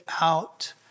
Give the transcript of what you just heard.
out